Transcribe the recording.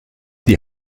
die